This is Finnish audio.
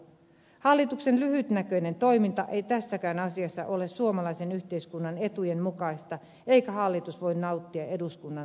hallituksen lyhytnäköinen toiminta ei tässäkään asiassa ole suomalaisen yhteiskunnan etujen mukaista eikä hallitus voi nauttia eduskunnan luottamusta